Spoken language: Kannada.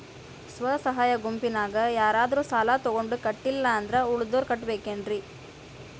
ಸ್ವ ಸಹಾಯ ಗುಂಪಿನ್ಯಾಗ ಯಾರಾದ್ರೂ ಸಾಲ ತಗೊಂಡು ಕಟ್ಟಿಲ್ಲ ಅಂದ್ರ ಉಳದೋರ್ ಕಟ್ಟಬೇಕೇನ್ರಿ?